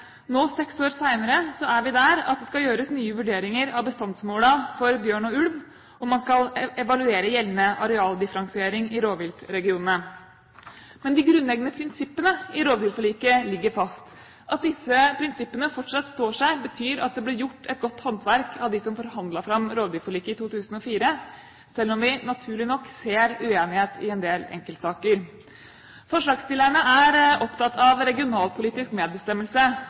Nå, seks år senere, er vi der at det skal gjøres nye vurderinger av bestandsmålene for bjørn og ulv, og man skal evaluere gjeldende arealdifferensiering i rovviltregionene. De grunnleggende prinsippene i rovdyrforliket ligger imidlertid fast. At disse prinsippene fortsatt står seg, betyr at det ble gjort et godt håndverk av dem som forhandlet fram rovdyrforliket i 2004, selv om vi, naturlig nok, ser uenighet i en del enkeltsaker. Forslagsstillerne er opptatt av regionalpolitisk medbestemmelse.